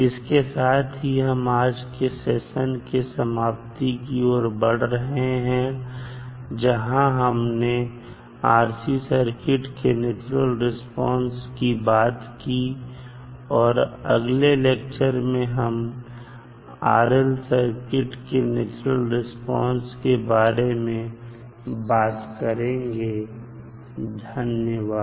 इसके साथ ही हम आज के सेशन के समाप्ति की ओर बढ़ रहे हैं जहां हमने RC सर्किट के नेचुरल रिस्पांस की बात की और अगले लेक्चर में हम RL सर्किट के नेचुरल रिस्पांस के बारे में बात करेंगे धन्यवाद